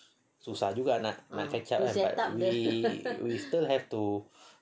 susah juga nak nak catch up kan but we we still have to